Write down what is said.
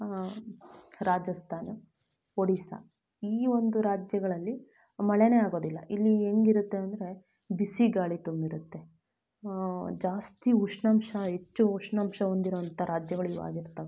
ರಾಜಸ್ಥಾನ್ ಒಡಿಶಾ ಈ ಒಂದು ರಾಜ್ಯಗಳಲ್ಲಿ ಮಳೆನೇ ಆಗೋದಿಲ್ಲ ಇಲ್ಲಿ ಹೆಂಗಿರುತ್ತೆ ಅಂದರೆ ಬಿಸಿಗಾಳಿ ತುಂಬಿರುತ್ತೆ ಜಾಸ್ತಿ ಉಷ್ಣಾಂಶ ಹೆಚ್ಚು ಉಷ್ಣಾಂಶ ಹೊಂದಿರೋ ಅಂಥ ರಾಜ್ಯಗಳು ಇವು ಆಗಿರ್ತಾವೆ